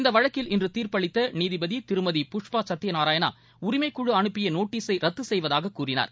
இந்த வழக்கில் இன்று தீர்ப்பளித்த நீதிபதி திருமதி புஷ்பா சத்ப நாராயணா உரிமைக்குழு அனுப்பிய நோட்டீஸை ரத்து செய்வதாகக் கூறினார்